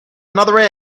another